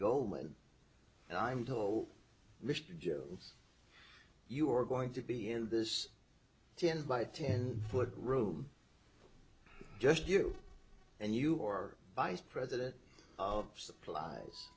goldman and i'm told mr joe you are going to be in this ten by ten foot room just you and you are vice president of supplies